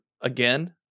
again